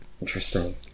interesting